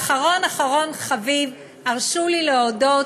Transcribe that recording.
ואחרון אחרון חביב, הרשו לי להודות